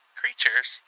creatures